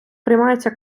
приймаються